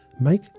make